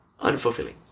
unfulfilling